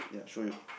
ya I show you